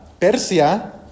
Persia